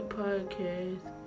podcast